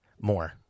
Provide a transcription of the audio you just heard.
more